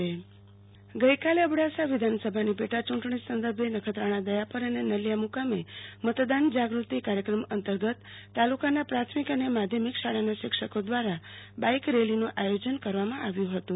આરતી ભક્ટ મતદાન જાગૃતી રેલી ગઈકાલે અબડાસા વિધાનસભાની પેટા ચૂંટણી સંદર્ભે નખત્રાણા દયાપર અને નલિયા મુકામે મતદાન જાગૃતિ કાર્યક્રમ અંતર્ગત તાલુકાના પ્રાથમિક અને માધ્યમિક શાળાના શિક્ષકો દ્વારા બાઈક રેલીનું આયોજન કરવામાં આવ્યું હતું